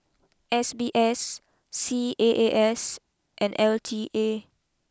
S B S C A A S and L T A